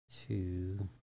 two